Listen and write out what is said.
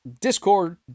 Discord